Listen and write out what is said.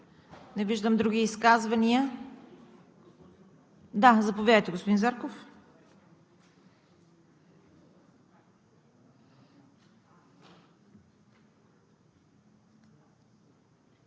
Не виждам. Други изказвания? Заповядайте, господин Зарков.